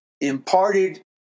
imparted